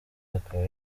akaba